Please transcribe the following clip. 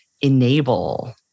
enable